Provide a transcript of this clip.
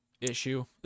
issue